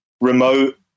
remote